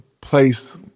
place